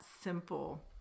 simple